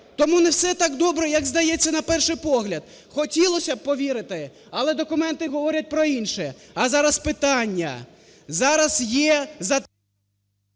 Тому не все так добре, як здається на перший погляд. Хотілося б повірити, але документи говорять про інше. А зараз питання. Зараз є …